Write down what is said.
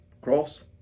cross